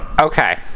Okay